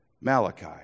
Malachi